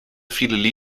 viele